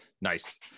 Nice